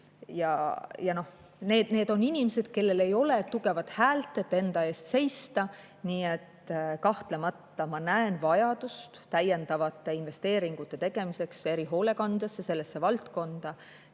Need on inimesed, kellel ei ole tugevat häält, et enda eest seista. Nii et kahtlemata ma näen vajadust täiendavate investeeringute tegemiseks erihoolekandesse, sellesse valdkonda.